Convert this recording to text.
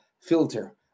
filter